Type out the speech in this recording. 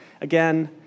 again